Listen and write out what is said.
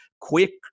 quick